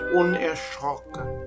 unerschrocken